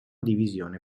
divisione